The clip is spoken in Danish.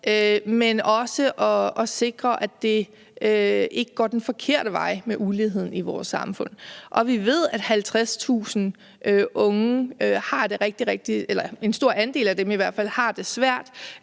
men også at sikre, at det ikke går den forkerte vej med uligheden i vores samfund. Vi ved, at 50.000 unge, i hvert